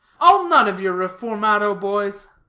i'll none of your reformado boys.